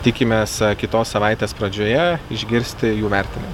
tikimės kitos savaitės pradžioje išgirsti jų vertinim